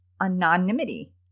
anonymity